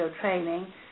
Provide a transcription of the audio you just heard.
training